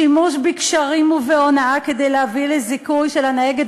שימוש בקשרים ובהונאה כדי להביא לזיכוי של הנהגת,